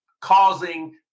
causing